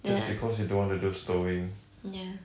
just because you don't want to do stowing